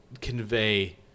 convey